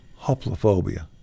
hoplophobia